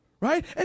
Right